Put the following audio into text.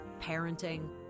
Parenting